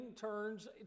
turns